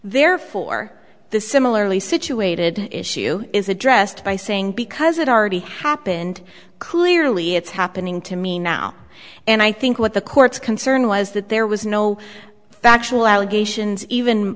therefore the similarly situated issue is addressed by saying because it already happened clearly it's happening to me now and i think what the court's concern was that there was no factual allegations even